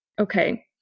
Okay